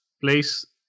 place